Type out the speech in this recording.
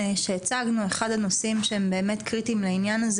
אחד הנושאים שהם באמת קריטיים לעניין הזה